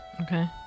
Okay